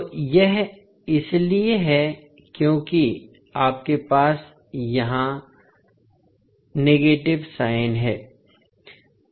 तो यह इसलिए है क्योंकि आपके पास यहां नकारात्मक संकेत है